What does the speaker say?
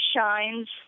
shines